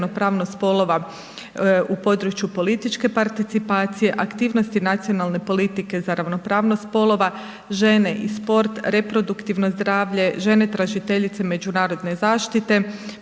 ravnopravnost spolova u području političke participacije, aktivnosti nacionalne politike za ravnopravnost spolova, žene i sport, reproduktivno zdravlje, žene tražiteljice međunarodne zaštite,